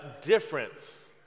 difference